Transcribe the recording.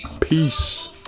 Peace